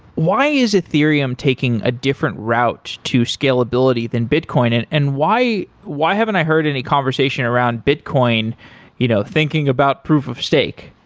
why is ethereum taking a different route to scalability than bitcoin? and and why why haven't i heard any conversation around bitcoin you know thinking about proof of stake?